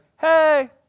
hey